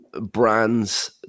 brands